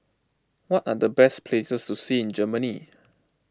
what are the best places to see in Germany